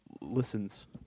listens